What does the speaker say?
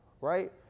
right